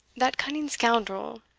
that cunning scoundrel,